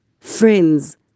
friends